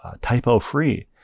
typo-free